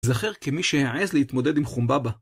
זכר כמי שיעז להתמודד עם חומבבא.